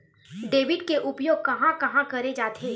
Debit के उपयोग कहां कहा करे जाथे?